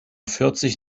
vierzig